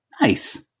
Nice